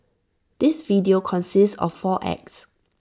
this video consists of four acts